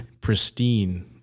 pristine